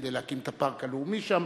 כדי להקים את הפארק הלאומי שם,